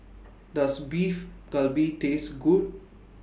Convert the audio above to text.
Does Beef Galbi Taste Good